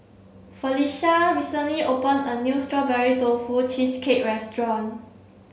Felisha recently opened a new strawberry tofu cheesecake restaurant